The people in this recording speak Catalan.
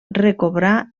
recobrar